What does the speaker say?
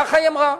כך היא אמרה.